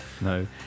No